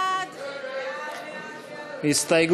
נגד ההסתייגות?